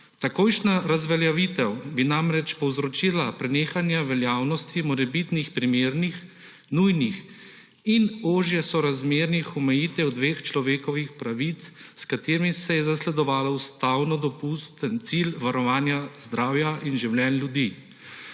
Takojšnja razveljavitev bi namreč povzročila prenehanje veljavnosti morebitni primernih, nujnih in ožje sorazmernih omejitev dveh človekovih pravic, s katerimi se je zasledovalo ustavno dopusten cilj varovanja zdravja in življenj ljudi.